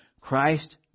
Christ